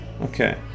okay